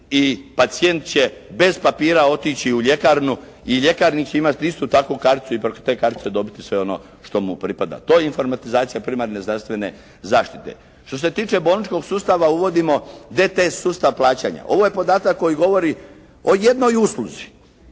i pacijent će bez papira otići u ljekarnu i ljekarnici će imati istu takvu karticu i preko te kartice dobiti sve ono što mu pripada. To je informatizacija primarne zdravstvene zaštite. Što se tiče bolničkog sustava, uvodimo DTS sustav plaćanja. Ovo je podatak koji govori o jednoj usluzi